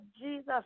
Jesus